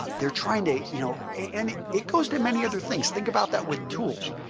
ah they are trying to you know and it goes to many other things think about that with tools.